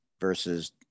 versus